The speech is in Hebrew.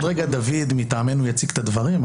עוד רגע דוד מטעמנו יציג את הדברים.